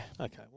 Okay